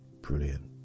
brilliant